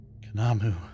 Kanamu